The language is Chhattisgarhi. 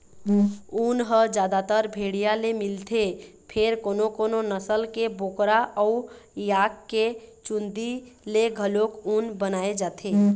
ऊन ह जादातर भेड़िया ले मिलथे फेर कोनो कोनो नसल के बोकरा अउ याक के चूंदी ले घलोक ऊन बनाए जाथे